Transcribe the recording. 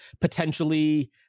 potentially